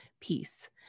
peace